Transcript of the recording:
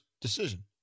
decision